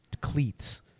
cleats